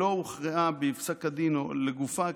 שלא הוכרעה בפסק הדין לגופה,